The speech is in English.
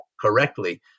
correctly